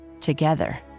together